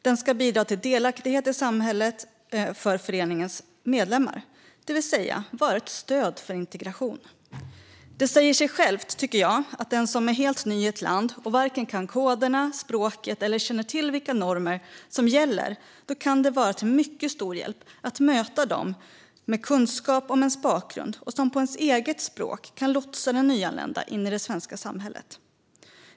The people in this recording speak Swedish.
Den ska bidra till delaktighet i samhället för föreningens medlemmar, det vill säga vara ett stöd för integration. Det säger sig självt att för den som är helt ny i ett land och varken kan koderna eller språket eller känner till vilka normer som gäller kan det vara till mycket stor hjälp att möta dem med kunskap om ens bakgrund som på ens eget språk kan lotsa den nyanlända in i det svenska samhället.